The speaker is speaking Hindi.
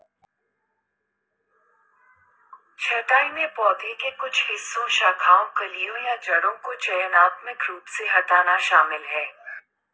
छंटाई में पौधे के कुछ हिस्सों शाखाओं कलियों या जड़ों को चयनात्मक रूप से हटाना शामिल है